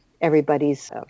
everybody's